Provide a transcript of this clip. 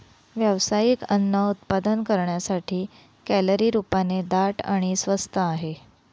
व्यावसायिक अन्न उत्पादन करण्यासाठी, कॅलरी रूपाने दाट आणि स्वस्त आहे